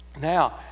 Now